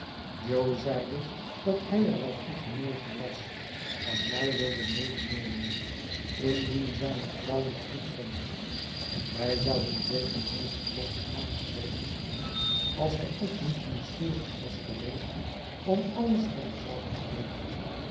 jo zeide dat hij er wel toe genegen was en mij wilde medenemen indien zijne vrouw dit goedvond wij zouden zeker nooit verlof van haar gekregen hebben als zij ook niet nieuwsgierig was geweest om alles van de zaak te weten